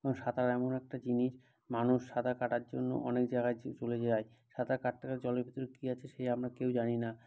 কারণ সাঁতার এমন একটা জিনিস মানুষ সাঁতার কাটার জন্য অনেক জায়গায় চলে যায় সাঁতার কাটতে কাটতে জলের ভিতরে কী আছে সে আমরা কেউ জানি না